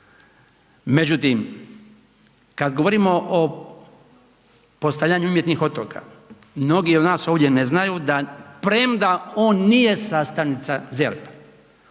Međutim, kad govorimo o postavljanju umjetnih otoka, mnogi od nas ovdje ne znaju da premda on nije sastavnica ZERP-a